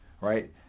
right